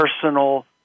personal